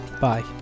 Bye